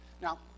Now